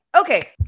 Okay